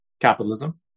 capitalism